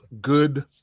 good